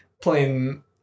Playing